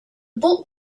boat